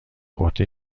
عهده